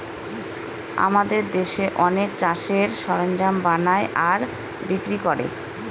আমাদের দেশে অনেকে চাষের সরঞ্জাম বানায় আর বিক্রি করে